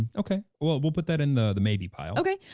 ah okay, well well we'll put that in the the maybe pile. okay,